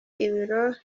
ibiro